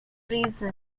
reasons